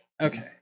Okay